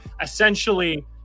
essentially